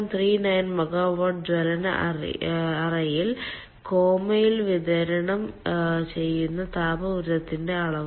39 megawatt ജ്വലന അറയിൽ കോമയിൽ വിതരണം ചെയ്യുന്ന താപ ഊർജ്ജത്തിന്റെ അളവ്